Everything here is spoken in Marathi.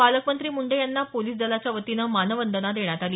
पालकमंत्री मुंडे यांना पोलिस दलाच्या वतीने मानवंदना देण्यात आली